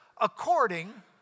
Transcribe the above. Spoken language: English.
according